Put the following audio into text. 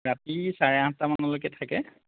ৰাতি চাৰে আঠটামানলৈকে থাকে